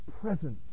presence